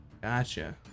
Gotcha